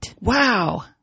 Wow